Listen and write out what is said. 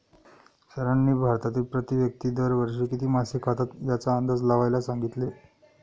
सरांनी भारतातील प्रति व्यक्ती दर वर्षी किती मासे खातात याचा अंदाज लावायला सांगितले?